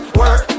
work